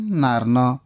narno